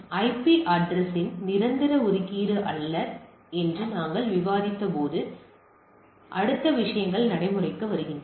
IP அட்ரஸ்யின் நிரந்தர ஒதுக்கீடு அல்ல என்று நாங்கள் விவாதித்தபோது இப்போது அடுத்த விஷயங்கள் நடைமுறைக்கு வருகின்றன